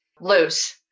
loose